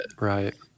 right